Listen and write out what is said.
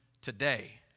today